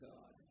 God